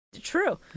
true